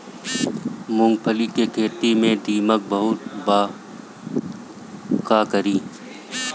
मूंगफली के खेत में दीमक बहुत बा का करी?